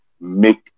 Make